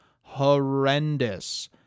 horrendous